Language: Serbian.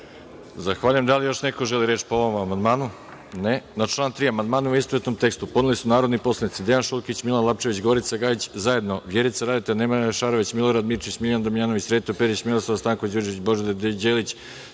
Zahvaljujem. Da li još neko želi reč po ovom amandmanu? (Ne.)Na član 3. amandmane u istovetnom tekstu podneli su narodni poslanici: Dejan Šulkić, Milan Lapčević, Gorica Gajić, zajedno Vjerica Radeta, Nemanja Šarović, Milorad Mirčić, Miljan Damjanović, Sreto Perić, Miroslava Stanković Đuričić, Božidar Delić,